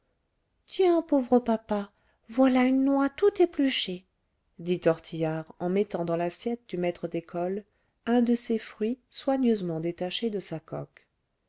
tiens pauvre papa voilà une noix tout épluchée dit tortillard en mettant dans l'assiette du maître d'école un de ces fruits soigneusement détaché de sa coque